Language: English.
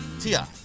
Tia